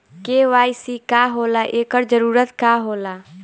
KYC का होला एकर जरूरत का होला?